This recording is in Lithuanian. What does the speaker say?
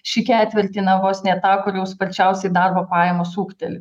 šį ketvirtį na vos ne tą kur jau sparčiausiai darbo pajamos ūgteli